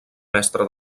mestre